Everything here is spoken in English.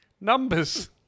numbers